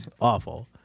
awful